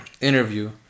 interview